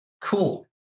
Cool